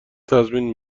تضمین